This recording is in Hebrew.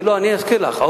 אזכיר לך.